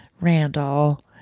Randall